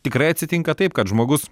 tikrai atsitinka taip kad žmogus